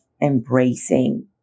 embracing